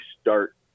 start